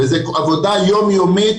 וזו עבודה יום יומית,